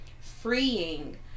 freeing